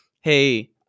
hey